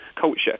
culture